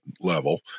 level –